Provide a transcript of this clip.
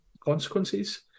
consequences